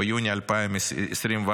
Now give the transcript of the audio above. ביוני 2024,